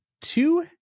two